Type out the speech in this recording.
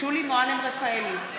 שולי מועלם-רפאלי,